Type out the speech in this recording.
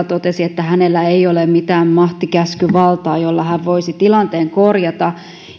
totesi että hänellä ei ole mitään mahtikäskyvaltaa jolla hän voisi tilanteen korjata